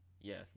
Yes